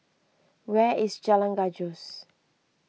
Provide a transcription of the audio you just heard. where is Jalan Gajus